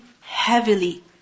heavily